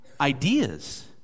ideas